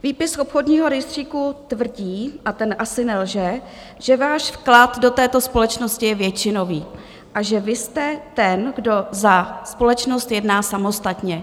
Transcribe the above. Výpis z obchodního rejstříku tvrdí, a ten asi nelže, že váš vklad do této společnosti je většinový a že vy jste ten, kdo za společnost jedná samostatně.